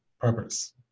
purpose